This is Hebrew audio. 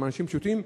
הם אנשים פשוטים,